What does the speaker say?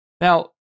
Now